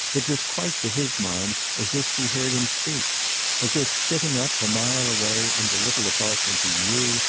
it was quite, to his mind, as if she heard him speak as if, sitting up, a mile away, in the little apartment he knew,